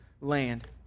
land